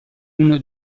uno